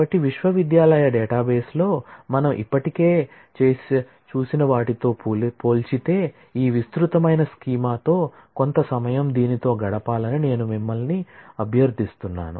కాబట్టి విశ్వవిద్యాలయ డేటాబేస్లో మనం ఇప్పటికే చేసిన వాటితో పోల్చితే ఈ విస్తృతమైన స్కీమాతో కొంత సమయం దీనితో గడపాలని నేను మిమ్మల్ని అభ్యర్థిస్తున్నాను